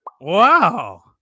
Wow